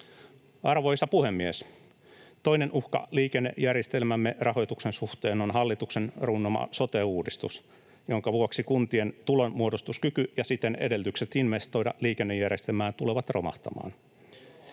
Arvoisa puhemies! Toinen uhka liikennejärjestelmämme rahoituksen suhteen on hallituksen runnoma sote-uudistus, jonka vuoksi kuntien tulonmuodostuskyky ja siten edellytykset investoida liikennejärjestelmään tulevat romahtamaan.